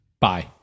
bye